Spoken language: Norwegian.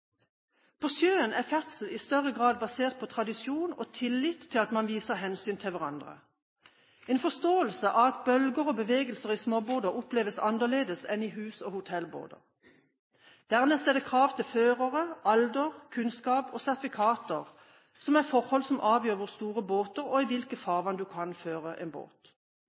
På sjøen er ferdsel i større grad basert på tradisjon og tillit til at man viser hensyn til hverandre, en forståelse av at bølger og bevegelser i småbåter oppleves annerledes enn i «hus- og hotellbåter». Dernest er krav til førere, alder, kunnskap og sertifikater forhold som avgjør hvor store båter du kan føre, og i hvilke farvann du kan føre en båt.